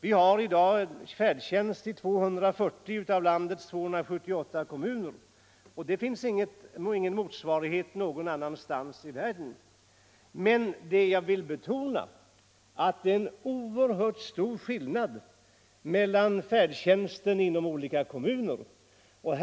Vi har i dag färdtjänst i 240 av landets 278 kommuner och det finns nog ingen motsvarighet någon annanstans i världen. Men jag vill betona att det är en oerhört stor skillnad mellan olika kommuner när det gäller färdtjänsten.